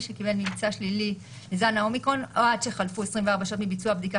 שקיבל ממצא שלילי מזן ה-אומיקרון או עד שחלפו 24 שעות מביצוע בדיקה